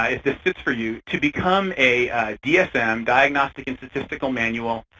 ah if this fits for you, to become a dsm, diagnostic and statistical manual,